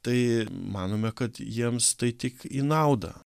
tai manome kad jiems tai tik į naudą